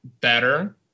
better